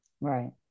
Right